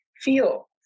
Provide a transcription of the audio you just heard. feel